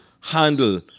handle